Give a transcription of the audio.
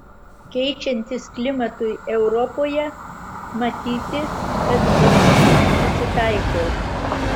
keičiantis klimatui europoje matyti kad vabzdys prisitaiko